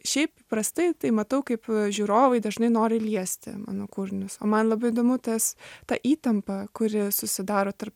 šiaip prastai tai matau kaip žiūrovai dažnai nori liesti mano kūrinius o man labai įdomu tas ta įtampa kuri susidaro tarp